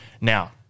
Now